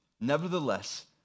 Nevertheless